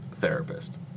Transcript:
therapist